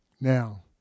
Now